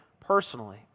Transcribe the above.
personally